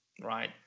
right